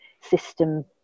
system